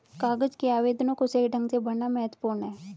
कागज के आवेदनों को सही ढंग से भरना महत्वपूर्ण है